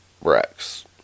Rex